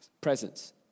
presence